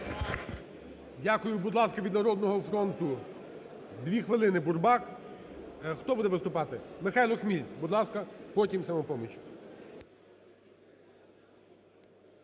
Дякую. Будь ласка, від "Народного фронту", дві хвилини, Бурбак. Хто буде виступати? Михайло Хміль, будь ласка. Потім – "Самопоміч".